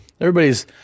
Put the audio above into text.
Everybody's